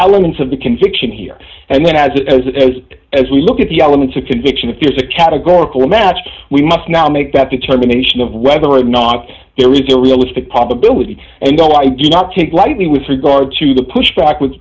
elements of the conviction here and then as as as as we look at the elements of conviction if there's a categorical matched we must now make that determination of whether or not there is a realistic possibility and all i do not take lightly with regard to the pushback w